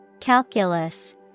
Calculus